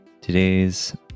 Today's